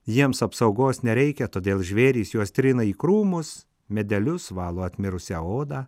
jiems apsaugos nereikia todėl žvėrys juos trina į krūmus medelius valo atmirusią odą